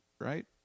right